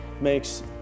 makes